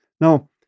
Now